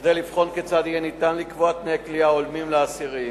כדי לבחון כיצד יהיה ניתן לקבוע תנאי כליאה הולמים לאסירים,